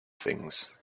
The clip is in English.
things